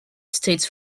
states